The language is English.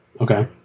Okay